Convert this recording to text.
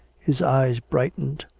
his eyes brightened,